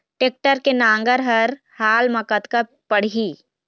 Tractor के नांगर हर हाल मा कतका पड़िही?